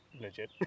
legit